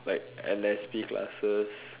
like L_S_P classes